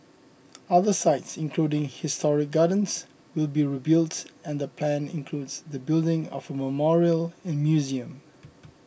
other sites including historic gardens will be rebuilt and the plan includes the building of a memorial and museum